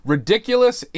Ridiculous